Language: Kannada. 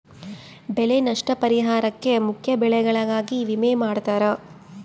ಬೆಳೆ ನಷ್ಟ ಪರಿಹಾರುಕ್ಕ ಮುಖ್ಯ ಬೆಳೆಗಳಿಗೆ ವಿಮೆ ಮಾಡ್ತಾರ